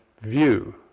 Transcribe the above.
view